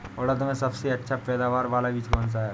उड़द में सबसे अच्छा पैदावार वाला बीज कौन सा है?